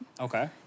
Okay